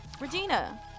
Regina